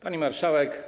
Pani Marszałek!